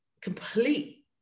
complete